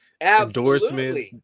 endorsements